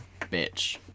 bitch